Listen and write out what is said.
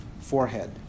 forehead